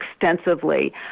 extensively